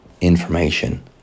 information